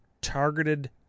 targeted